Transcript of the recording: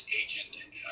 agent